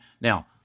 Now